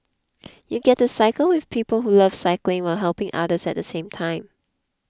you get to cycle with people who love cycling while helping others at the same time